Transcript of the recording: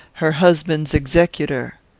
her husband's executor.